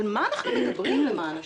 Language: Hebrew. על מה אנחנו מדברים למען השם?